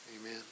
Amen